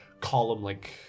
column-like